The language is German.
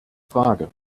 frage